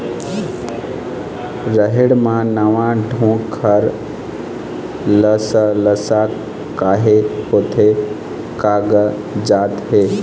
रहेड़ म नावा डोंक हर लसलसा काहे होथे कागजात हे?